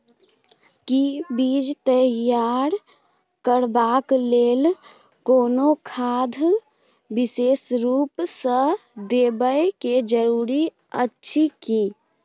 कि बीज तैयार करबाक लेल कोनो खाद विशेष रूप स देबै के जरूरी अछि की?